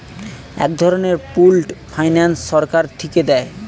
এক ধরনের pooled finance সরকার থিকে দেয়